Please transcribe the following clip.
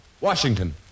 Washington